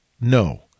no